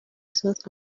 sought